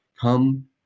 come